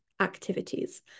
activities